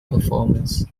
performance